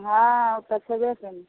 हँ ओ तऽ छेबे करै